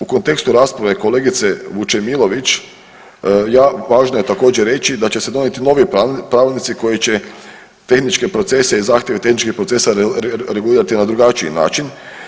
U kontekstu rasprave kolegice Vučemilović, ja, važno je također reći da će se donijeti novi pravilnici koji će tehničke procese i zahtjeve tehničkih procesa regulirati na drugačiji način.